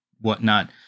whatnot